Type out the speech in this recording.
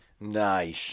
Nice